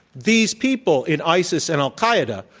these people in isis and al-qaeda,